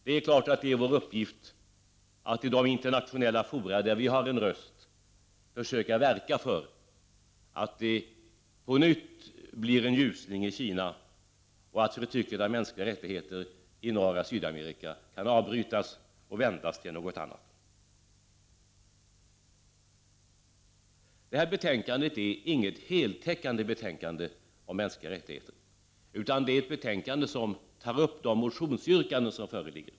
Det är klart att det är vår uppgift att i de internationella fora där vi har en röst försöka verka för att det på nytt blir en ljusning i Kina och för att förtrycket av mänskliga rättigheter i norra Sydamerika kan avbrytas och vändas till någonting annat. Det här betänkandet är inte något heltäckande betänkande om de mänskliga rättigheterna, utan det är ett betänkande där man tar upp de motionsyrkanden som föreligger.